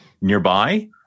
nearby